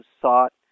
sought